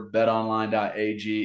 BetOnline.ag